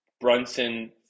Brunson